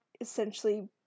essentially